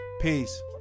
Peace